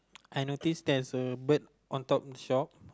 I notice there's a bird on top the shop